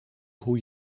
hoe